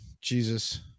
Jesus